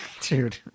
dude